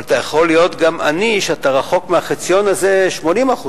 אבל אתה יכול להיות גם עני כשאתה רחוק מהחציון הזה ב-80%,